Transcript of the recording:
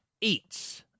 eats